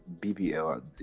bbl